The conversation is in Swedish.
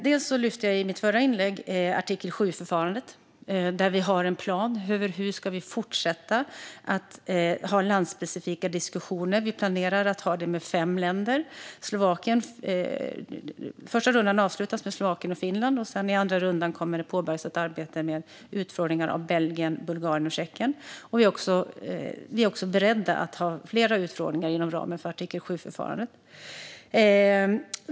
Jag lyfte i mitt förra inlägg fram artikel 7-förfarandet, där vi har en plan för hur vi ska fortsätta att ha landsspecifika diskussioner. Vi planerar att ha det med fem länder. Den första rundan avslutas med Slovakien och Finland, och i den andra rundan kommer ett arbete med utfrågningar av Belgien, Bulgarien och Tjeckien att påbörjas. Vi är också beredda att ha flera utfrågningar inom ramen för artikel 7-förfarandet.